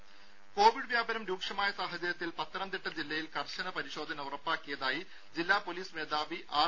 രുഭ കോവിഡ് വ്യാപനം രൂക്ഷമായ സാഹചര്യത്തിൽ പത്തനംതിട്ട ജില്ലയിൽ കർശന പരിശോധന ഉറപ്പാക്കിയതായി ജില്ലാ പോലീസ് മേധാവി ആർ